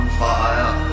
fire